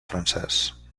francès